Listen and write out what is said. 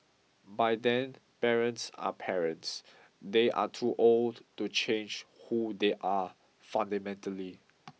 by then parents are parents they are too old to change who they are fundamentally